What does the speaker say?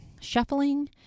shuffling